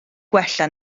gwella